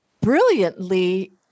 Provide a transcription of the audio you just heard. brilliantly